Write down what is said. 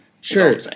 Sure